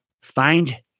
find